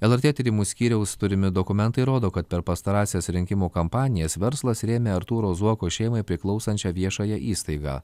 lrt tyrimų skyriaus turimi dokumentai rodo kad per pastarąsias rinkimų kampanijas verslas rėmė artūro zuoko šeimai priklausančią viešąją įstaigą